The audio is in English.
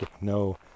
no